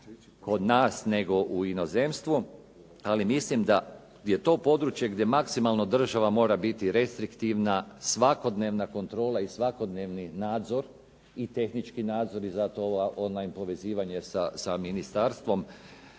kod nas nego u inozemstvu ali mislim da je to područje gdje maksimalno država mora biti restriktivna, svakodnevna kontrola i svakodnevni nadzor i tehnički nadzor, zato i on line povezivanje sa ministarstvom